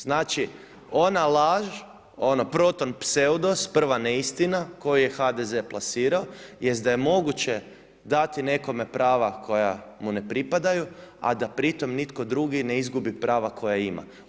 Znači ona laž ono Proton Pseudos, prva neistina koju je HDZ plasirao jest da je moguće dati nekome prava koja mu ne pripadaju, a da pritom nitko drugi ne izgubi prava koja ima.